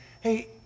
hey